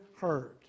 heard